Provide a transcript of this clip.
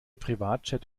privatjet